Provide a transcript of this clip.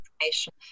information